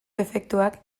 efektuak